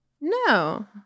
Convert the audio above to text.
No